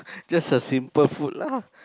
just a simple food lah